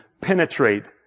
penetrate